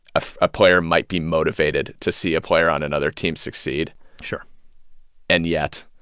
ah a player might be motivated to see a player on another team succeed sure and yet,